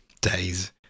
days